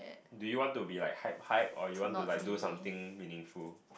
do you want to be like hype hype or you want to like do something meaningful